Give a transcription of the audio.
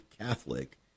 Catholic